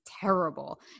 terrible